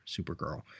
Supergirl